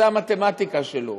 זו המתמטיקה שלו.